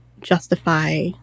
justify